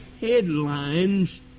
headlines